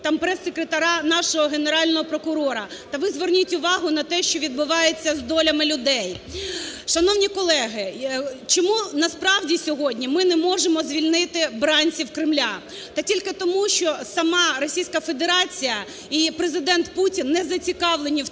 там прес-секретаря нашого Генерального прокурора. Та ви зверніть увагу на те, що відбувається з долями людей. Шановні колеги, чому насправді сьогодні ми не можемо звільнити бранців Кремля? Та тільки тому, що сама Російська Федерація і Президент Путін не зацікавлені в